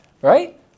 right